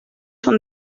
són